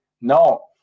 No